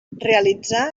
realitzar